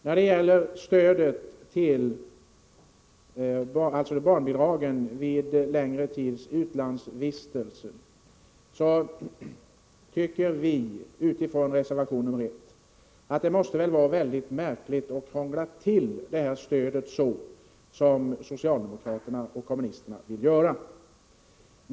När det gäller barnbidrag vid längre tids utlandsvistelse tycker vi — vilket framförs i reservation 1 — att det är märkligt om man krånglar till stödet så som socialdemokrater och kommunister vill göra.